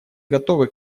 готовы